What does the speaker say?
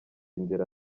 inzira